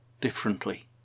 differently